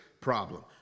problem